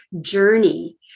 journey